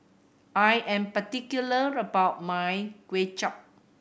I am particular about my Kway Chap